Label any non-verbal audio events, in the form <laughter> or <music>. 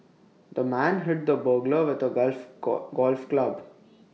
the man hit the burglar with A golf <unintelligible> golf club